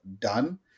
done